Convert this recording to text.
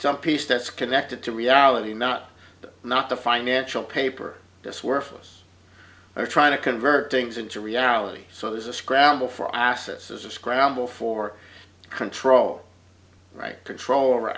some piece that's connected to reality not them not the financial paper this worthless they're trying to convert things into reality so there's a scramble for assets as a scramble for control right control or